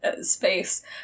space